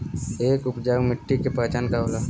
एक उपजाऊ मिट्टी के पहचान का होला?